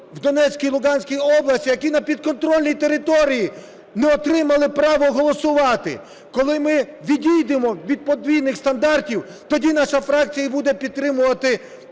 в Донецькій і Луганській області, які на підконтрольній території не отримали права голосувати. Коли ми відійдемо від подвійних стандартів – тоді наша фракція і буде підтримувати